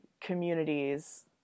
communities